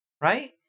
Right